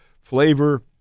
flavor